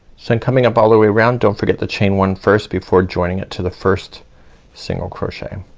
so i'm coming up all the way around. don't forget to chain one first before joining it to the first single crochet